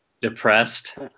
depressed